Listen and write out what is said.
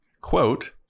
quote